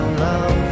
love